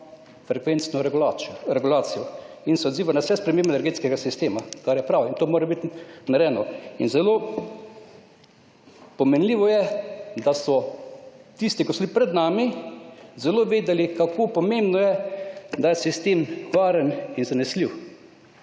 frekvenčno regulacijo in se odziva na vse spremembe energetskega sistema, kar je prav in to mora biti narejeno. In zelo pomenljivo je, da so tisti, ki so bili pred nami, zelo vedeli, kako pomembno je, da je sistem varen in zanesljiv.